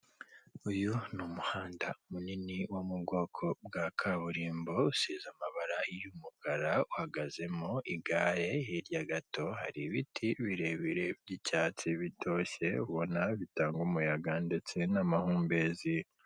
Uyu ni umuhanda munini wo bwoko bwa kaburimbo, usize amabara y'umukara, uhagazemo igare, hirya gato hari ibiti birebire by'icyatsi bitoshye ubona bitanga umuyaga ndetse n'amahumbezi.